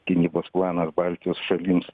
gynybos planas baltijos šalims